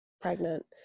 pregnant